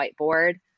whiteboard